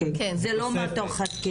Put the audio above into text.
נכון, זאת תוספת.